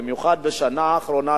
במיוחד בשנה האחרונה,